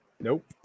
Nope